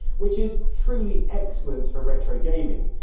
which is truly excellent for retro gaming.